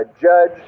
judge